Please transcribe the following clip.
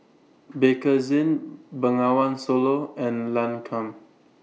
Bakerzin Bengawan Solo and Lancome